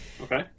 Okay